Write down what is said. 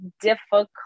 difficult